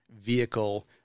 vehicle